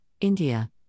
India